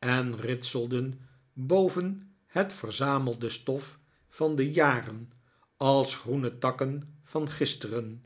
en ritselden boven het verzamelde stof van de jaren als groene takken van gisteren